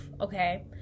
okay